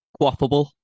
Quaffable